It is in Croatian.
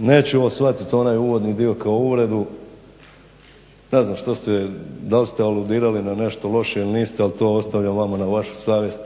Nećemo shvatit onaj uvodni dio kao uvredu. Ne znam što ste, dal ste aludirali na nešto loše ili niste ali to ostavljam vama na vašu savjest.